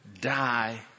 die